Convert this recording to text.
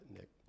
Nick